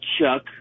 chuck